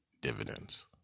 dividends